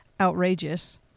outrageous